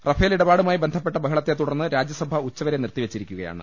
Rafale ഇടപാടുമായി ബന്ധപ്പെട്ട ബഹളത്തെതുടർന്ന് രാജ്യസഭ ഉച്ച വരെ നിർത്തിവെച്ചിരിക്കുകയാണ്